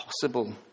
possible